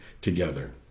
together